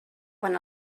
quan